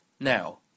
Now